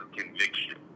conviction